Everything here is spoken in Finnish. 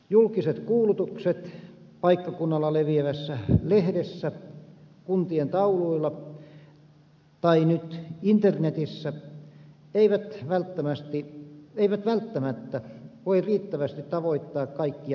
julkiset kuulutukset paikkakunnalla leviävässä lehdessä kuntien tauluilla tai nyt internetissä eivät välttämättä voi riittävästi tavoittaa kaikkia maanomistajia